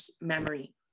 memory